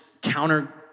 counter